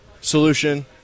solution